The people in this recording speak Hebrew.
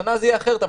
השנה זה יהיה אחרת,